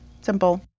simple